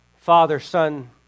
father-son